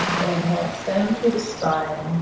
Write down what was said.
and how it's done through the spine.